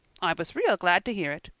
i was real glad to hear it.